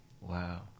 Wow